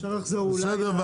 בסדר?